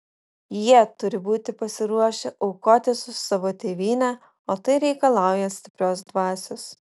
jie turi būti pasiruošę aukotis už savo tėvynę o tai reikalauja stiprios dvasios